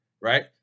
right